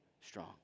strong